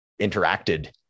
interacted